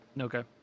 Okay